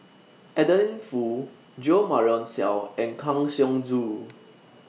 Adeline Foo Jo Marion Seow and Kang Siong Joo